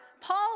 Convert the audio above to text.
Paul